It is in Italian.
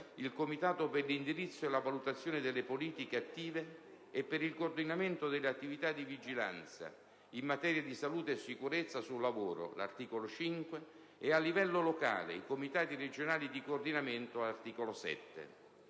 il Comitato per l'indirizzo e la valutazione delle politiche attive e per il coordinamento delle attività di vigilanza in materia di salute e sicurezza sul lavoro (articolo 5) e, a livello locale, i Comitati regionali di coordinamento (articolo 7).